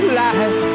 life